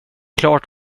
klart